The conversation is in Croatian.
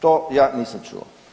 To ja nisam čuo.